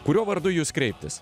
kuriuo vardu į jus kreiptis